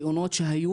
תאונות שהיו,